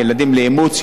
ילדים לאימוץ,